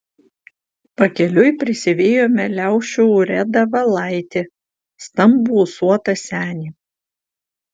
pakeliui prisivijome liaušių urėdą valaitį stambų ūsuotą senį